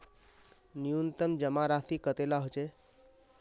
न्यूनतम जमा राशि कतेला होचे?